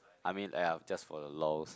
I meant !aiya! just for the Lols